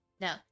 No